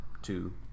Two